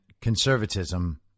conservatism